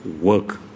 work